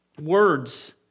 Words